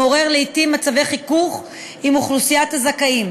המעורר לעתים מצבי חיכוך עם אוכלוסיית הזכאים.